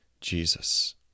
Jesus